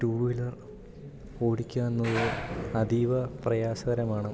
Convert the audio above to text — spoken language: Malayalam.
ടു വീലർ ഓടിക്കുകയെന്നുള്ളത് അതീവ പ്രയാസകരമാണ്